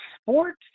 Sports